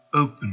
open